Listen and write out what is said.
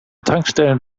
tankstellen